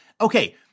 okay